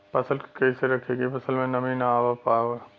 फसल के कैसे रखे की फसल में नमी ना आवा पाव?